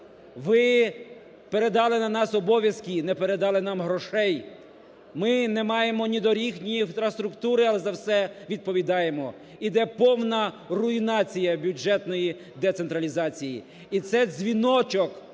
ви передали на нас обов'язки, не передали нам грошей! Ми не маємо ні доріг, ні інфраструктури, а за все відповідаємо, йде мовна руйнація бюджетної децентралізації. І це дзвіночок